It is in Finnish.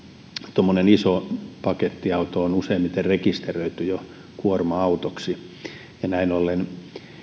tuommoinen iso pakettiauto on useimmiten rekisteröity jo kuorma autoksi ja näin ollen